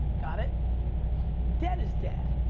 got it? of course. dead is dead.